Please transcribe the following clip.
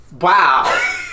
Wow